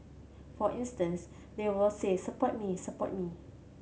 for instance they will say Support me support me